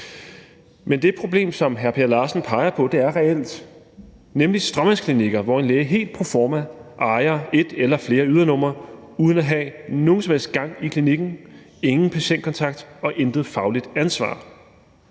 Men det problem, som hr. Per Larsen peger på, er reelt, nemlig stråmandsklinikker, hvor en læge helt proforma ejer et eller flere ydernumre uden at have nogen som helst gang i klinikken: ingen patientkontakt og intet fagligt ansvar.